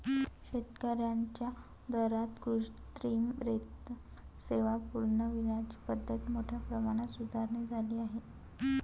शेतकर्यांच्या दारात कृत्रिम रेतन सेवा पुरविण्याच्या पद्धतीत मोठ्या प्रमाणात सुधारणा झाली आहे